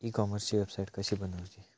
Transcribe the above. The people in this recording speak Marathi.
ई कॉमर्सची वेबसाईट कशी बनवची?